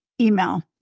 email